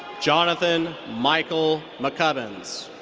jonathan michael mccubbins.